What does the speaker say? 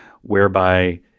whereby